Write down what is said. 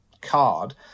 card